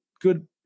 good